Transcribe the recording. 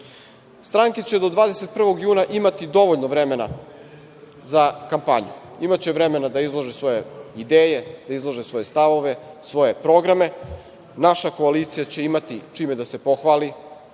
će do 21. juna imati dovoljno vremena za kampanju. Imaće vremena da izlože svoje ideje, izlože svoje stavove, svoje programe. Naša koalicija će imati čime da se pohvali,